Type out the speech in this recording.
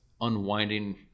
unwinding